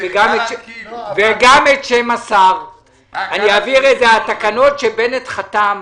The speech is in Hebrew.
אני אעביר את התקנות, שבנט חתם עליהן.